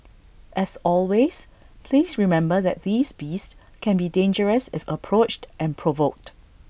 as always please remember that these beasts can be dangerous if approached and provoked